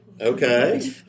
Okay